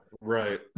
Right